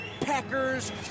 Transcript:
Packers